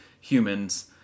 humans